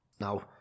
now